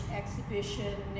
exhibition